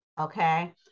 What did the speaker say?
okay